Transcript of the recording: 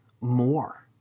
more